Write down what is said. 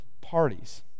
parties